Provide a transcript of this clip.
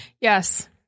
yes